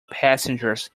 passengers